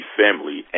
family